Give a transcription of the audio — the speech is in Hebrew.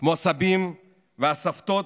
כמו הסבים והסבתות